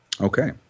Okay